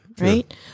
right